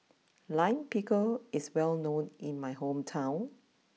Lime Pickle is well known in my hometown